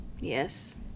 Yes